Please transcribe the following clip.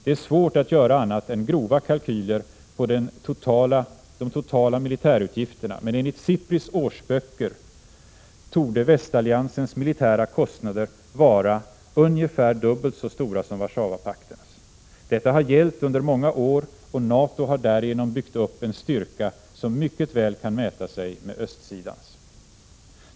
Det är svårt att göra annat än grova kalkyler på de totala militärutgifterna, men enligt SIPRI:s årsböcker torde västalliansens militära kostnader vara ungefär dubbelt så stora som Warszawapaktens. Detta har gällt under många år och NATO har därigenom byggt upp en styrka, som mycket väl kan mäta sig med östsidans.